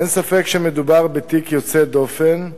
אין ספק שמדובר בתיק יוצא דופן,